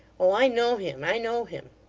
oh! i know him, i know him